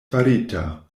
farita